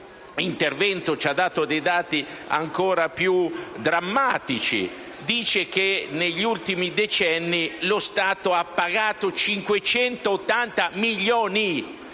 intervento ci ha comunicato dei dati ancora più drammatici, dicendo che negli ultimi decenni lo Stato ha pagato 580 milioni